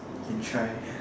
can try